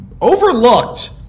overlooked